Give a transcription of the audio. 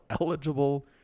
eligible